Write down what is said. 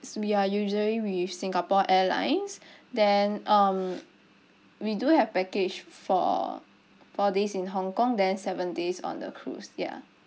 we are usually with singapore airlines then um we do have package for four days in hong kong then seven days on the cruise ya